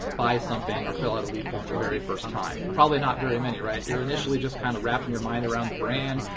buy something, or fill out a lead form the very first time? probably not very many, right? you're initially just kind of wrapping your mind around the brand,